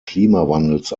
klimawandels